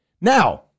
Now